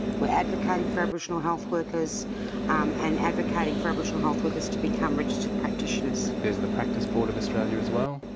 we're advocating for aboriginal health workers and advocating for aboriginal health workers to become registered practitioners. there's the practice board of australia as well.